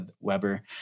Weber